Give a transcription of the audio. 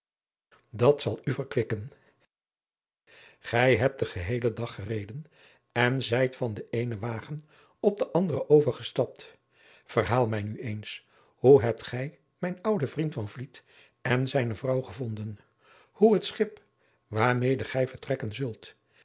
dat zal u verkwikken gij hebt den geheelen dag gereden en zijt van den eenen wagen op den anderen overgestapt verhaal mij nu eens hoe hebt gij mijn ouden vriend van vliet en zijne vrouw gevonden hoe het schip waarmede gij vertrekken zult